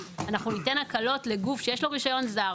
ניתן הקלות לגוף שיש לו רישיון זר,